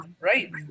right